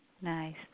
nice